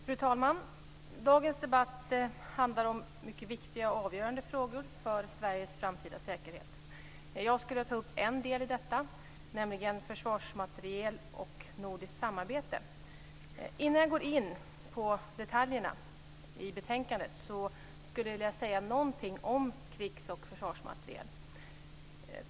Fru talman! Dagens debatt handlar om mycket viktiga och avgörande frågor för Sveriges framtida säkerhet. Jag skulle vilja ta upp en del i detta, nämligen försvarsmateriel och nordiskt samarbete. Innan jag går in på detaljerna i betänkandet skulle jag vilja säga någonting om krigs och försvarsmateriel.